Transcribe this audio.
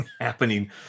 happening